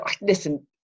listen